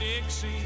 dixie